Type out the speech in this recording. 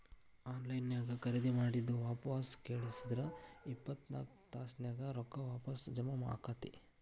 on line ನ್ಯಾಗ್ ಖರೇದಿ ಮಾಡಿದ್ ವಾಪಸ್ ಕಳ್ಸಿದ್ರ ಇಪ್ಪತ್ನಾಕ್ ತಾಸ್ನ್ಯಾಗ್ ರೊಕ್ಕಾ ವಾಪಸ್ ಜಾಮಾ ಆಕ್ಕೇತಿ